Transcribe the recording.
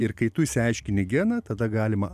ir kai tu išsiaiškini geną tada galima